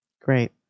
Great